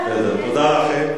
תודה לכם.